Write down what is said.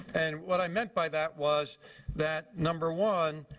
and what i meant by that was that, number one,